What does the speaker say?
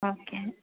okay